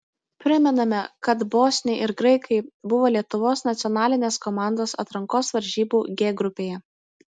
primename kad bosniai ir graikai buvo lietuvos nacionalinės komandos atrankos varžybų g grupėje